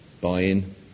buy-in